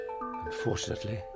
unfortunately